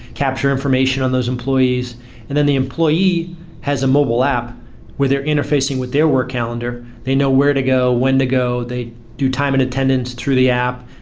capture information on those employees and then the employee has a mobile app where they're interfacing with their work calendar. they know where to go, when to go. they do time and attendance through the app.